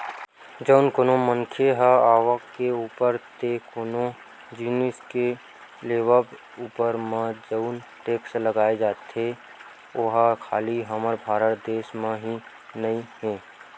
जउन कोनो मनखे के आवक के ऊपर ते कोनो जिनिस के लेवब ऊपर म जउन टेक्स लगाए जाथे ओहा खाली हमर भारत देस म ही नइ हे